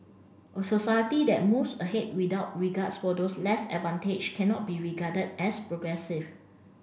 a society that moves ahead without regards for those less advantaged cannot be regarded as progressive